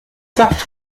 saft